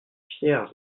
fière